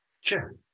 sure